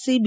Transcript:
C B